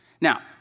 Now